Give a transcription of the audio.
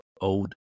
old